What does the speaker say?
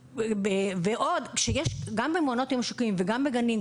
גם במעונות היום השיקומיים וגם בגנים,